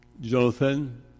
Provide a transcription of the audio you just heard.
Jonathan